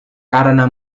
karena